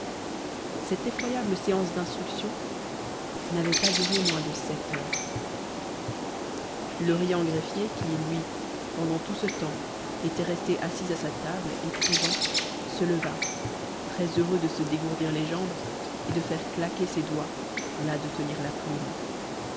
cette effroyable séance d'instruction n'avait pas duré moins de sept heures le riant greffier qui lui pendant tout ce temps était resté assis à sa table écrivant se leva très heureux de se dégourdir les jambes et de faire claquer ses doigts las de tenir la plume